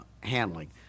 handling